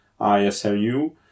ISLU